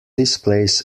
displays